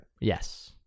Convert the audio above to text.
Yes